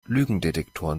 lügendetektoren